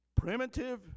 primitive